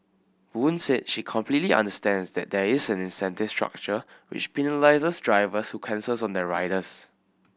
boon said she completely understands that there is an incentive structure which penalises drivers who cancel on their riders